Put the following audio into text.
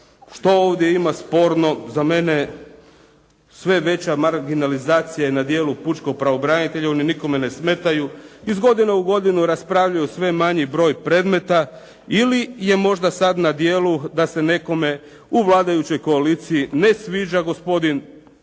Što ovdje ima sporno? Za mene sve veća marginalizacija je na djelu Pučkog pravobranitelja, one nikome ne smetaju. Iz godine u godinu raspravljaju sve manji broj predmeta ili je možda sad na djelu da se nekome u vladajućoj koaliciji ne sviđa gospodin